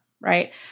right